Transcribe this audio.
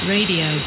Radio